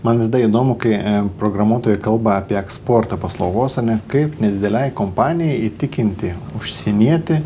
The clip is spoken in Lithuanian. man vizada įdomu kai programuotojai kalba apie eksporto paslaugos ane kaip nedidelei kompanijai įtikinti užsienietį